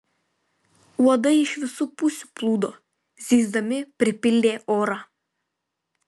uodai iš visų pusių plūdo zyzdami pripildė orą